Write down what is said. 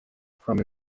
from